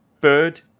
Bird